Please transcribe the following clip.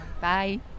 Bye